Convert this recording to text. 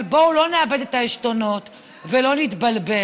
אבל בואו לא נאבד את העשתונות ולא נתבלבל,